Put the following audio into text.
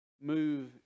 move